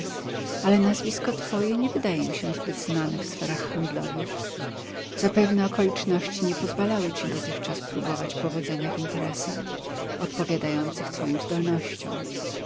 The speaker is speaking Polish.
ale nazwisko twoje nie wydaje mi się zbyt znane w sferach handlowych zapewne okoliczności nie pozwalały ci dotychczas próbować powodzenia w interesach odpowiadających twoim zdolnościom